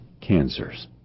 cancers